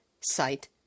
site